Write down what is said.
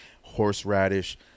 horseradish